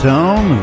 Town